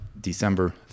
December